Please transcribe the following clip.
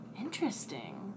Interesting